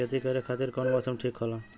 खेती करे खातिर कौन मौसम ठीक होला?